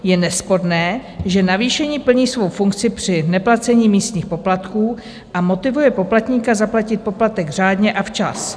Je nesporné, že navýšení plní svou funkci při neplacení místních poplatků a motivuje poplatníka zaplatit poplatek řádně a včas.